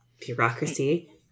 Bureaucracy